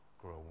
grow